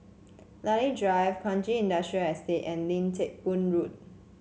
Lilac Drive Kranji Industrial Estate and Lim Teck Boo Road